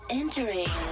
entering